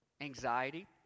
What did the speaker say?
anxiety